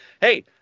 hey